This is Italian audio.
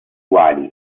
quali